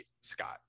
Scott